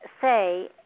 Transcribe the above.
say